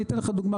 אני אתן לך דוגמה,